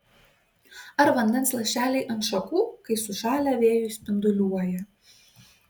ar vandens lašeliai ant šakų kai sušalę vėjuj spinduliuoja